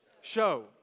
show